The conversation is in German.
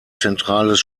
zentrales